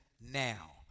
now